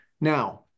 Now